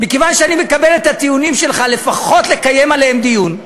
מכיוון שאני מקבל את הטיעונים שלך ויש לפחות לקיים עליהם דיון,